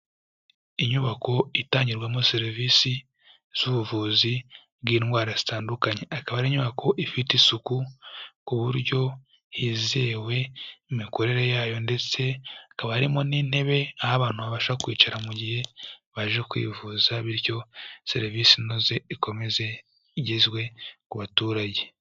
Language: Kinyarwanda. Inyubako itangirwamo serivisi z'ubuvuzi bw'indwara zitandukanye, ikaba ari inyubako ifite isuku ku buryo hizewe imikorere yayo ndetse hakaba harimo n'intebe aho abantu babasha kwicara mu gihe baje kwivuza bityo serivisi inoze ikomeze igezwe ku baturage.